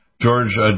George